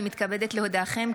אני מתכבדת להודיעכם,